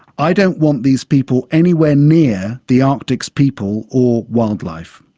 i don't want these people anywhere near the arctic's people or wildlife.